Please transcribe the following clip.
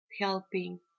helping